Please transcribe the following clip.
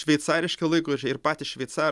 šveicariški laikrodžiai ir patys šveicarai